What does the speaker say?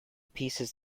pieces